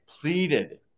pleaded